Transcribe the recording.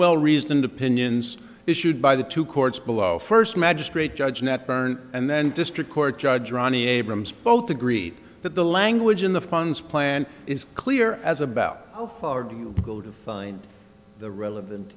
well reasoned opinions issued by the two courts below first magistrate judge nat byrne and then district court judge ronnie abrams both agreed that the language in the funds plan is clear as about how far do you go to find the relevant